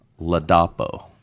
Ladapo